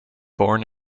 born